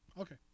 Okay